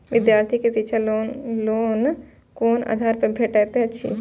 विधार्थी के शिक्षा लोन कोन आधार पर भेटेत अछि?